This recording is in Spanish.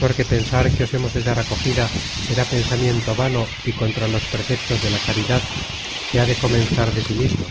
porque pensar que os hemos de dar acogida será pensamiento vano y contra los preceptos de la caridad que ha de comenzar de sí mismo